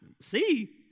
see